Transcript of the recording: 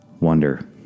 Wonder